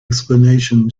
explanation